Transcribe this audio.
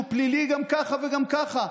שהוא פלילי גם ככה וגם ככה.